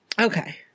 Okay